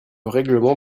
règlement